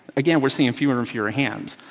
again we're seeing fewer and fewer hands.